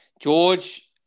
George